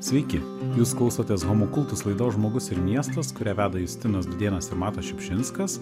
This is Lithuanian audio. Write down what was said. sveiki jūs klausotės homo cultus laidos žmogus ir miestas kurią veda justinas dudėnas ir matas šiupšinskas